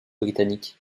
britanniques